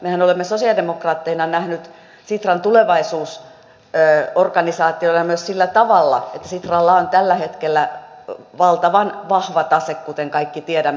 mehän olemme sosialidemokraatteina nähneet sitran tulevaisuusorganisaation myös sillä tavalla että sitralla on tällä hetkellä valtavan vahva tase kuten kaikki tiedämme